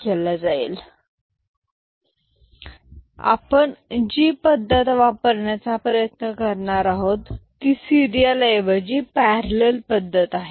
Ci AiBi AiCi 1 BiCi 1 Ci AiBi Ci 1Ai Bi Ci Gi PiCi 1 आपण जी पद्धत वापरण्याचा प्रयत्न करणार आहोत ती सिरीयल ऐवजी पॅरलल पद्धत आहे